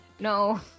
No